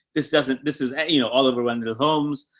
this doesn't, this is you know oliver wendell holmes.